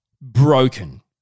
broken